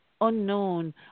unknown